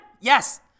Yes